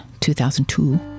2002